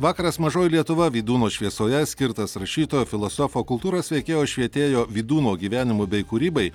vakaras mažoji lietuva vydūno šviesoje skirtas rašytojo filosofo kultūros veikėjo švietėjo vydūno gyvenimui bei kūrybai